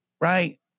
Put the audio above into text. right